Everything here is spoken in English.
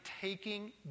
taking